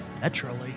Naturally